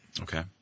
Okay